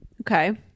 Okay